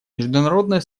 международное